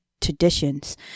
traditions